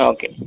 Okay